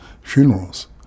funerals